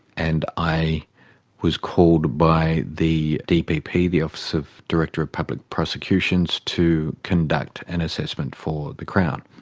and i was called by the odpp, the office of director of published prosecutions, to conduct an assessment for the crown.